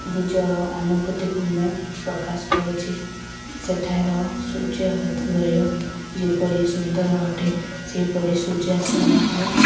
ନିଜର ଅନୁଭୂତିକୁ ମୁଁ ପ୍ରକାଶ କରୁଛି ସେଠାର ସୂର୍ଯ୍ୟୋଦୟ ଯେପରି ସୁନ୍ଦର ଅଟେ ସେହିପରି ସୂର୍ଯ୍ୟାସ୍ତ ମଧ୍ୟ